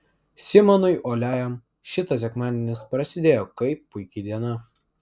simonui uoliajam šitas sekmadienis prasidėjo kaip puiki diena